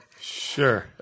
Sure